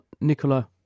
Nicola